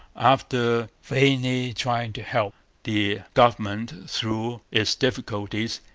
after vainly trying to help the government through its difficulties,